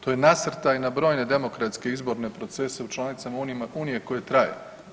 To je nasrtaj na brojne demokratske izborne procese u članicama unije koje traje.